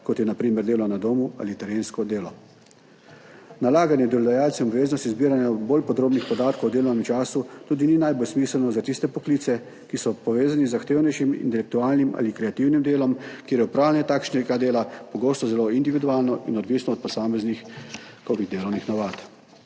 kot je na primer delo na domu ali terensko delo. Nalaganje obveznosti zbiranja bolj podrobnih podatkov o delovnem času delodajalcem tudi ni najbolj smiselno za tiste poklice, ki so povezani z zahtevnejšim intelektualnim ali kreativnim delom, kjer je opravljanje takšnega dela pogosto zelo individualno in odvisno od posameznikovih delovnih navad.